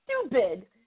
stupid